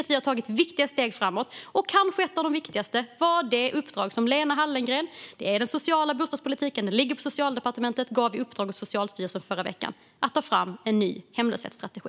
Vi har tagit viktiga steg framåt, och det kanske viktigaste är det uppdrag Lena Hallengren gav Socialstyrelsen i förra veckan: att ta fram en ny hemlöshetsstrategi.